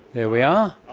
there we are,